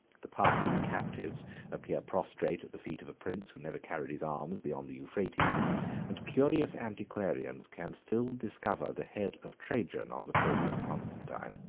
the parthian captives appear prostrate at the feet of a prince who never carried his arms beyond the euphrates and curious antiquarians can still discover the head of trajan on the trophies of constantine.